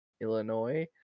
Illinois